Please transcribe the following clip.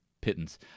pittance